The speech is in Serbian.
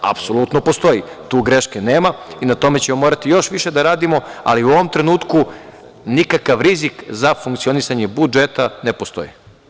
Apsolutno postoji, tu greške nema i na tome ćemo morati još više da radimo, ali u ovom trenutku nikakav rizik za funkcionisanje budžeta ne postoji.